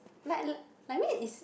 like li~ I mean is